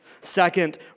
Second